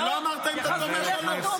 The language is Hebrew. אתה לא אמרת שאתה תומך.